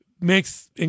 makes